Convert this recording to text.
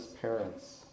parents